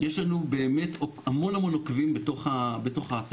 יש לנו באמת המון המון עוקבים בתוך האתר,